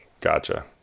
Gotcha